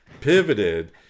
pivoted